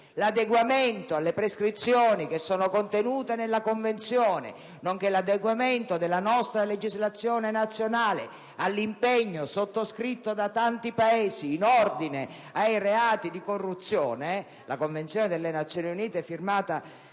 recepimento delle prescrizioni contenute nella Convenzione, nonché l'adeguamento della nostra legislazione nazionale all'impegno sottoscritto da tanti Paesi in ordine ai reati di corruzione (la Convenzione delle Nazioni Unite, firmata